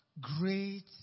great